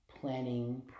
planning